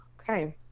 Okay